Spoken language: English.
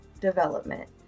development